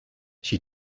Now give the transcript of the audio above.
she